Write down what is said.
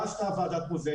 מה עשתה ועדת רוזן?